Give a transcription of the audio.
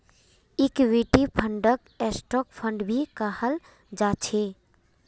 equity फंडक stock fund भी कहाल जा छे